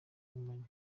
bumenyi